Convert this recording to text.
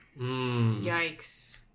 Yikes